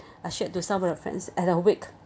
I shared to some of her friends at her wake